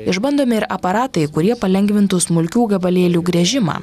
išbandomi ir aparatai kurie palengvintų smulkių gabalėlių gręžimą